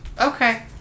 Okay